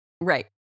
Right